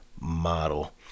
model